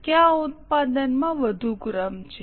કયા ઉત્પાદનમાં વધુ ક્રમ છે